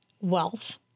wealth